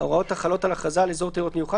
ההוראות החלות על הכרזה על אזור תיירות מיוחד